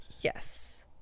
yes